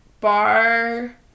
bar